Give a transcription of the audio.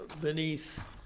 beneath